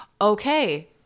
Okay